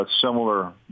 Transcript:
similar